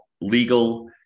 legal